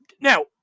Now